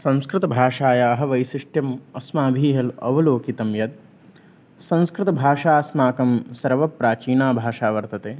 संस्कृतभाषायाः वैशिष्ट्यम् अस्माभिः अवलोकितं यत् संस्कृतभाषा अस्माकं सर्वप्राचीना भाषा वर्तते